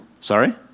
sorry